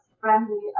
friendly